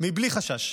בלי חשש.